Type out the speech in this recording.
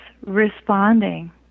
responding